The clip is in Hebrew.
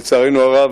לצערנו הרב,